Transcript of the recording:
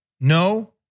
No